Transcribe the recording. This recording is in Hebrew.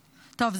טוב,